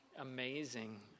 Amazing